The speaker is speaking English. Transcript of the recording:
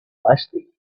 elastic